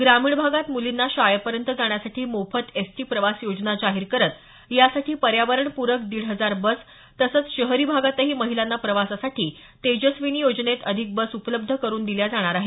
ग्रामीण भागात मुलींना शाळेपर्यंत जाण्यासाठी मोफत एसटी प्रवास योजना जाहीर करत यासाठी पर्यावरण प्रक दीड हजार बस तसंच शहरी भागातही महिलांना प्रवासासाठी तेजस्विनी योजनेत अधिक बस उपलब्ध करून दिल्या जाणार आहेत